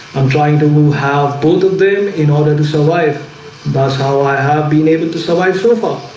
i'm trying to have both of them in order to survive that's how i have been able to survive so far